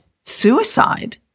suicide